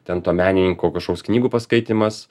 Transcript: ten to menininko kažkoks knygų paskaitymas